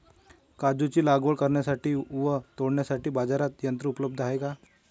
काजूची लागवड करण्यासाठी व तोडण्यासाठी बाजारात यंत्र उपलब्ध आहे का?